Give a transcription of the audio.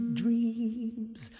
dreams